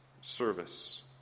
service